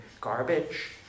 garbage